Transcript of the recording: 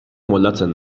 moldatzen